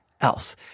else